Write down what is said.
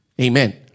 Amen